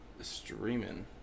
streaming